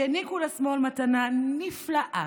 שהעניקו לשמאל מתנה נפלאה,